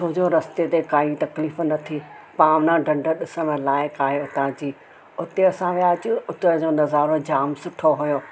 छो जो रस्ते ते काई तकलीफ़ न थी पान डंड ॾिसण लाइक़ु आहे उतांजी उते असां वयासीं उतां जो नज़ारो जाम सुठो हुयो